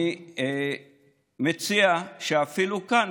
אני מציע שאפילו כאן,